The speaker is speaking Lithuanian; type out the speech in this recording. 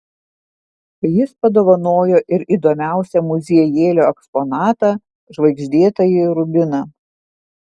jis padovanojo ir įdomiausią muziejėlio eksponatą žvaigždėtąjį rubiną